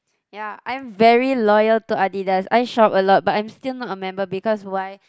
ya I'm very loyal to Adidas I shop a lot but I'm still not a member because why